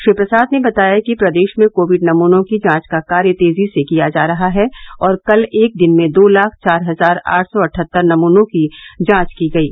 श्री प्रसाद ने बताया कि प्रदेश में कोविड नमूनों की जांच का कार्य तेजी से किया जा रहा है और कल एक दिन में दो लाख चार हजार आठ सौ अठहत्तर नमूनों की जांच की गयी